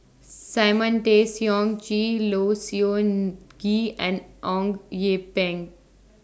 Simon Tay Seong Chee Low Siew Nghee and Eng Yee Peng